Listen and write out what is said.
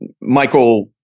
Michael